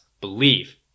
Believe